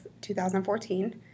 2014